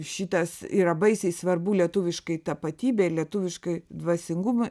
šitas yra baisiai svarbu lietuviškai tapatybei lietuviškai dvasingumui